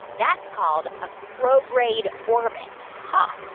that's called a prograde orbit huh.